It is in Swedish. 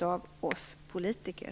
av oss politiker.